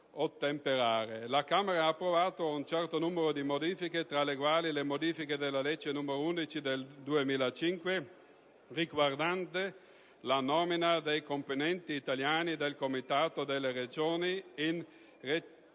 La Camera ha approvato un certo numero di modifiche, tra le quali quelle della legge n. 11 del 2005 riguardante la nomina dei componenti italiani del Comitato delle regioni, il